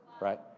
right